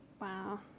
Wow